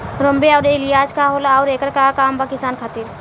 रोम्वे आउर एलियान्ज का होला आउरएकर का काम बा किसान खातिर?